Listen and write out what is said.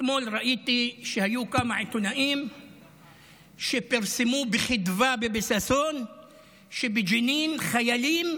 אתמול ראיתי שהיו כמה עיתונאים שפרסמו בחדווה ובששון שבג'נין חיילים